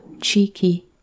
cheeky